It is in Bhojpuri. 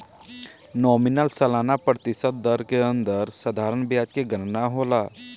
नॉमिनल सालाना प्रतिशत दर के अंदर साधारण ब्याज के गनना होला